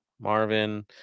Marvin